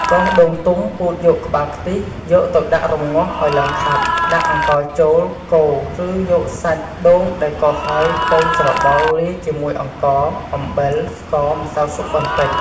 កោសដូងទុំ ពូតយកក្បាលខ្ទិះយកទៅដាក់រម្ងាស់ឱ្យឡើងខាប់ ដាក់អង្ករចូល កូរ ឬយកសាច់ដូងដែលកោសហើយទៅ ច្របល់ លាយជាមួយអង្ករ អំបិល ស្ករ ម្សៅស៊ុបបន្តិច។